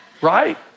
Right